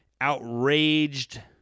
outraged